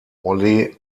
ole